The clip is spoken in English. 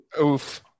Oof